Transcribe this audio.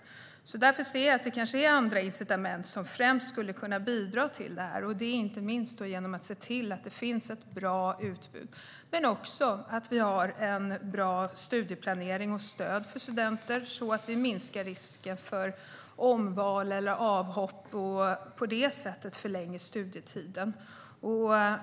Därför är det kanske främst andra incitament som skulle kunna bidra. Inte minst handlar det om att se till att det finns ett bra utbud och bra studieplanering och stöd till studenter så att vi minskar risken för omval och avhopp som förlänger studietiden.